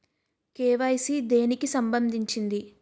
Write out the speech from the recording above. KYC దేనికి సంబందించింది?